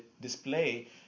display